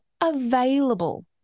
available